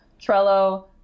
Trello